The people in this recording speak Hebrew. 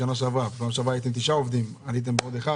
בשנה שעברה היו 9 עובדים ועליתם בעוד אחד.